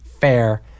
fair